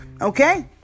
Okay